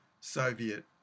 Soviet